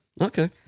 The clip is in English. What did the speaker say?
Okay